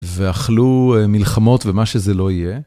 ואכלו מלחמות ומה שזה לא יהיה.